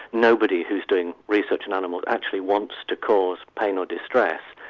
nobody who is doing research on animals actually wants to cause pain or distress.